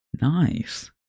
Nice